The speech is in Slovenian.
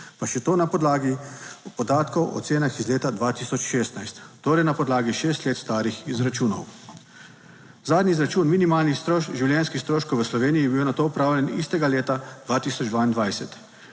Pa še to na podlagi podatkov o cenah iz leta 2016, torej na podlagi šest let starih izračunov. Zadnji izračun minimalnih življenjskih stroškov v Sloveniji je bil nato opravljen istega leta 2022.